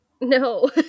No